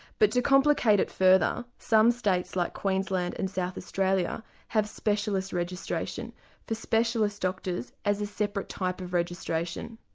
but to complicate it further some states like queensland and south australia have specialist registration for specialist doctors as a separate type of registration.